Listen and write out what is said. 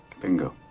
Bingo